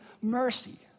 mercy